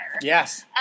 yes